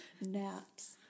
Naps